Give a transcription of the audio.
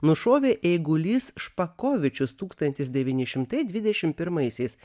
nušovė eigulys špakovičius tūkstantis devyni šimtai dvidešimt pirmaisiais